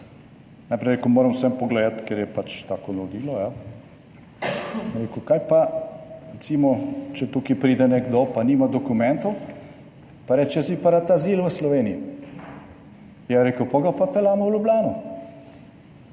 najprej je rekel, moram vsem pogledati, ker je tako vodilo. Sem rekel, kaj pa recimo, če tukaj pride nekdo, pa nima dokumentov pa reče, jaz bi pa rad azil v Sloveniji, ja je rekel, potem ga pa peljemo v Ljubljano.